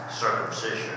circumcision